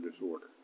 disorder